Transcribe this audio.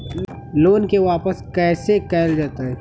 Loan के वापस कैसे कैल जतय?